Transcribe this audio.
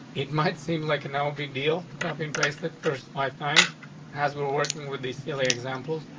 it might seem like a no big deal to copy and paste it first five times as we're working with the silly examples.